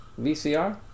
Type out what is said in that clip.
VCR